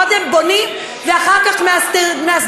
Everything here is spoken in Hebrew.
קודם בונים ואחר כך מסדירים,